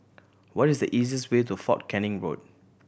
what is the easiest way to Fort Canning Road